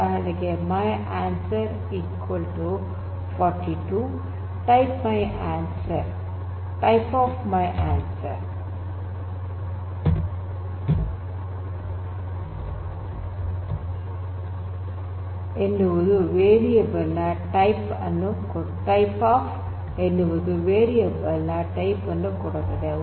ಉದಾಹರಣೆಗೆ my answer 42 type of ಎನ್ನುವುದು variable ನ ಟೈಪ್ ಅನ್ನು ಕೊಡುತ್ತದೆ